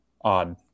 odd